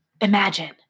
Imagine